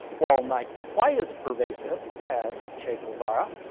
while not quite as pervasive as che guevara,